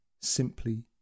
simply